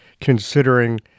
considering